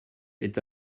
est